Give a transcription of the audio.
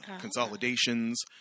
consolidations